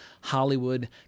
Hollywood